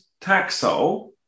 Taxol